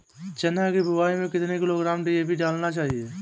चना की बुवाई में कितनी किलोग्राम डी.ए.पी मिलाना चाहिए?